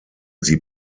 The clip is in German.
sie